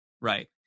right